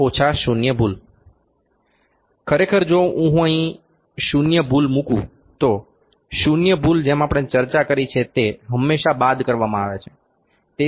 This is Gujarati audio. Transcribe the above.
આર શૂન્ય ભૂલ ખરેખર જો હું અહીં શૂન્ય ભૂલ મૂકુ તો શૂન્ય ભૂલ જેમ આપણે ચર્ચા કરી છે તે હંમેશા બાદ કરવામાં આવે છે